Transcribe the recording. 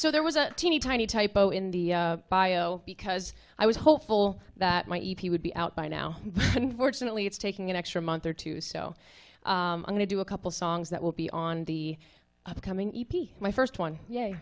so there was a teeny tiny typo in the bio because i was hopeful that my e p would be out by now unfortunately it's taking an extra month or two so i'm going to do a couple songs that will be on the upcoming e p my first one